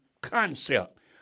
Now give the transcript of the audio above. concept